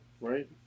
right